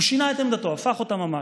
הוא שינה את עמדתו, הפך אותה ממש.